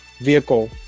vehicle